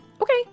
Okay